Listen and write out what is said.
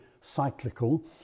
cyclical